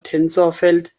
tensorfeld